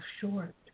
short